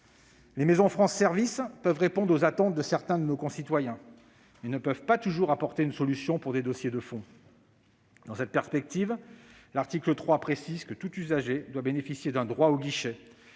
Les maisons France Services peuvent répondre aux attentes de certains de nos concitoyens, mais ne peuvent pas toujours apporter une solution pour des dossiers de fond. Dans cette perspective, l'article 3 précise que tout usager doit bénéficier d'un « droit au guichet